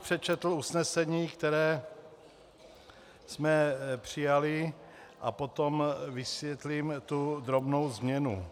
Přečetl bych usnesení, které jsme přijali, a potom vysvětlím tu drobnou změnu.